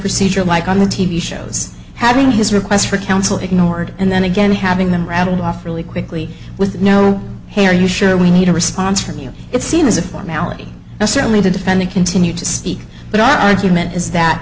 procedure like on the t v shows having his requests for counsel ignored and then again having them rattled off really quickly with no hey are you sure we need a response from you it's seen as a formality and certainly the defendant continued to speak but aren't you meant is that